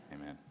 Amen